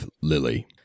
lily